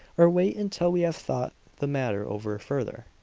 or wait until we have thought the matter over further?